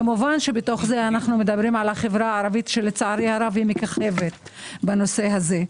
כמובן בתוך זה אנו מדברים על החברה הערבית שלצערי הרב מככבת בנושא הזה.